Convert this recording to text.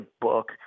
book